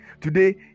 Today